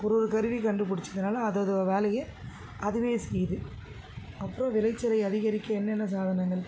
ஒரு ஒரு கருவி கண்டுபிடிச்சதுனால அது அது வேலையை அதுவே செய்யுது அப்புறம் விளைச்சலை அதிகரிக்க என்னென்ன சாதனங்கள்